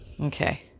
Okay